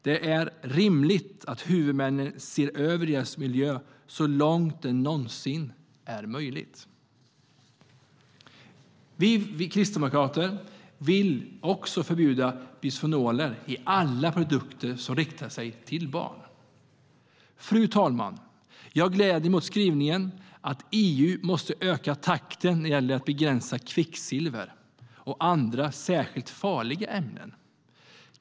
Det är rimligt att huvudmännen ser över deras miljö så långt det någonsin är möjligt. Vi kristdemokrater vill också förbjuda bisfenoler i alla produkter som riktar sig till barn. Fru talman! Jag gläder mig åt skrivningen att EU måste öka takten när det gäller att begränsa kvicksilver och andra särskilt farliga ämnen.